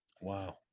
Wow